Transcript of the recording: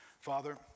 Father